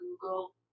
Google